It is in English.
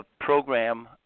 program